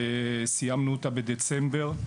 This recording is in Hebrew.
וסיימנו אותה בדצמבר.